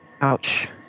Ouch